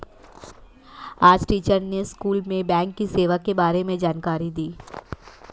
आज टीचर ने स्कूल में बैंक की सेवा के बारे में जानकारी दी